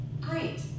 Great